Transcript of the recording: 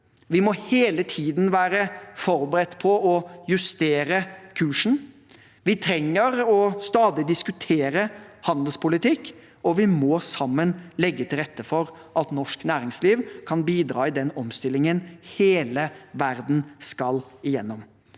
Vi må hele tiden være forberedt på å justere kursen. Vi trenger stadig å diskutere handelspolitikk, og vi må sammen legge til rette for at norsk næringsliv kan bidra i den omstillingen hele verden skal gjennom.